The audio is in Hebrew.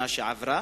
מאשר בשנה שעברה.